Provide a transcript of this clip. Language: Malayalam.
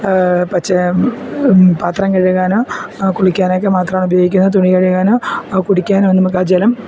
പക്ഷേ പാത്രം കഴുകാനോ കുളിക്കാനൊക്കെ മാത്രമാണ് ഉപയോഗിക്കുന്നത് തുണി കഴുകാനോ കുടിക്കാനോ ഒന്നും നമുക്ക് ആ ജലം